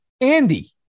Andy